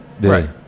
Right